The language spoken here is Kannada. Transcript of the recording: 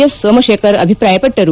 ಎಸ್ ಸೋಮಶೇಖರ್ ಆಭಿಪ್ರಾಯಪಟ್ಟರು